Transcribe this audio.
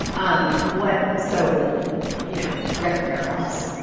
um what, so you know, forget the parallels.